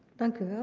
thank you.